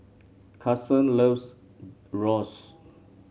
Carson loves Gyros